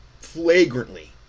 flagrantly